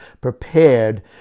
prepared